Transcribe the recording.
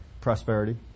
prosperity